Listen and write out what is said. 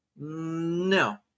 No